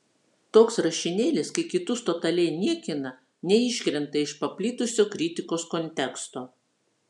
toks rašinėlis kai kitus totaliai niekina neiškrenta iš paplitusio kritikos konteksto